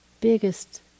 biggest